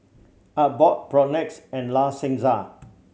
Artbox Propnex and La Senza